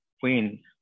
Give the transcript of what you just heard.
Queen